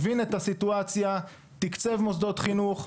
הבין את הסיטואציה ותקצב מוסדות חינוך.